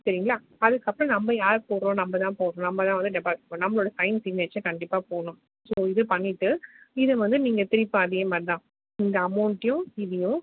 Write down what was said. சரிங்களா அதுக்கப்புறம் நம்ம யார் போடுறோம் நம்மதான் போடுறோம் நம்மதான் வந்து டெபாசிட் பண்ணுறோம் நம்மளோடய சைன் சிக்னேச்சர் கண்டிப்பாக போடணும் ஸோ இது பண்ணிவிட்டு இது வந்து நீங்கள் திருப்பி அதேமாதிரிதான் இந்த அமௌண்ட்டையும் இதையும்